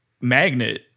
magnet